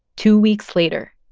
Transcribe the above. two weeks later,